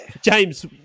james